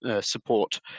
support